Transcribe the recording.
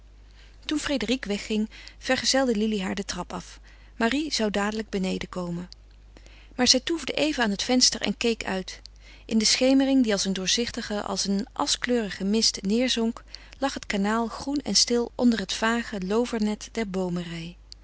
toen frédérique wegging vergezelde lili haar de trap af marie zou dadelijk beneden komen maar zij toefde even aan het venster en keek uit in de schemering die als een doorzichtige als een aschkleurige mist neêrzonk lag het kanaal groen en stil onder het vage loovernet der boomenrij